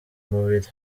mubiri